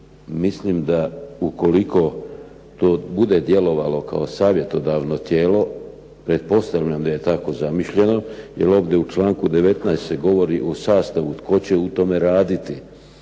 Mislim da ukoliko bude djelovalo kao savjetodavno tijelo pretpostavljam da je tako zamišljeno. Jer ovdje u članku 19. se govori o sastavu tko će u tome raditi.